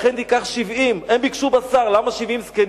לכן זה 70. הם ביקשו בשר, למה 70 זקנים?